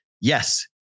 Yes